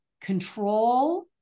control